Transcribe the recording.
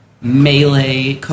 Melee